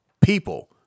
people